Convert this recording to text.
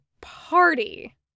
party